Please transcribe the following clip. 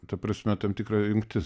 ta prasme tam tikra jungtis